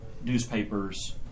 newspapers